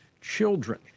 children